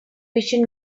vision